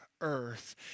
earth